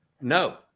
No